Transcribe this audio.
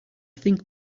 think